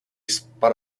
spun